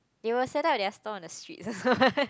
they will setup their stalls on the street